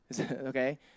okay